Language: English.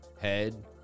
head